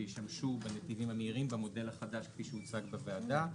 שישמשו בנתיבים המהירים במודל החדש כפי שהוצג בוועדה.